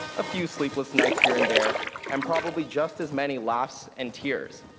a few sleepless nights here and there, and probably just as many laughs and tears.